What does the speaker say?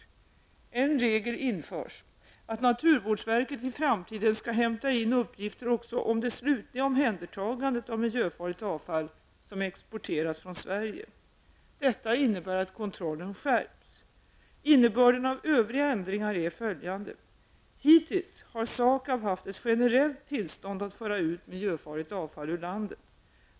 En regel som införs är att naturvårdsverket i framtiden skall hämta in uppgifter också om det slutliga omhändertagandet av miljöfarligt avfall som exporteras från Sverige. Detta innebär att kontrollen skärps. Innebörden av övriga ändringar är följande. Hittills har SAKAB haft ett generellt tillstånd att föra ut miljöfarligt avfall ur landet.